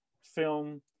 film